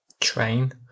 train